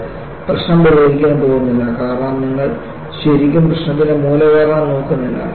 ഇത് പ്രശ്നം പരിഹരിക്കാൻ പോകുന്നില്ല കാരണം നിങ്ങൾ ശരിക്കും പ്രശ്നത്തിന്റെ മൂലകാരണം നോക്കുന്നില്ല